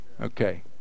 Okay